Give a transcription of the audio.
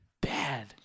bad